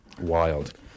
wild